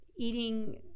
eating